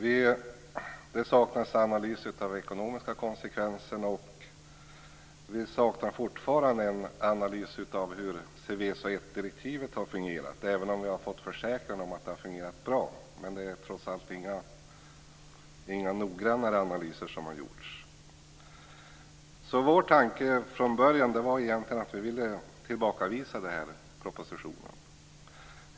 Det saknas analyser av ekonomiska konsekvenser. Vi saknar också fortfarande en analys av hur Seveso I-direktivet har fungerat, även om vi har fått en försäkran om att det har fungerat bra. Men det har trots allt inte gjorts några noggrannare analyser. Vår tanke från början var att avvisa propositionen.